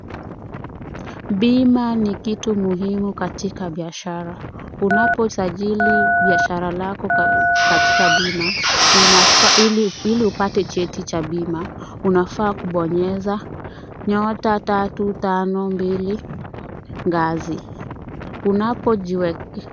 Bima ni kitu muhimu katika biashara, unaposajili biashara lako katika bima ili upate cheti cha bima unafaa kubonyeza *352# .